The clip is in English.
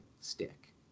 stick